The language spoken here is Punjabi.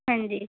ਹਾਂਜੀ